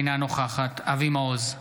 אינה נוכחת אבי מעוז,